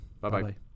Bye-bye